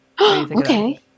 Okay